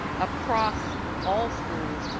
across all schools,